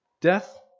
Death